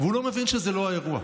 והוא לא מבין שזה לא האירוע.